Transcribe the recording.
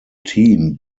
team